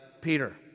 Peter